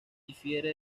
difiere